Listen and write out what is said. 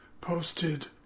posted